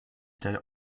der